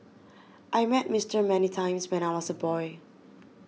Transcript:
I met Mister many times when I was a boy